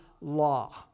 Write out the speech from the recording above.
law